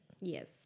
Yes